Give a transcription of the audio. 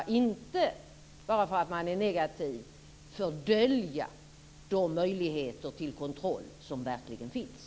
Men bara för att man är negativ skall man inte fördölja de möjligheter till kontroll som verkligen finns.